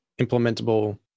implementable